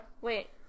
Wait